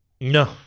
no